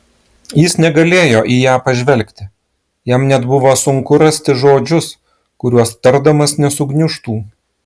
jis negalėjo į ją pažvelgti jam net buvo sunku rasti žodžius kuriuos tardamas nesugniužtų